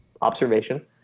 observation